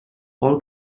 all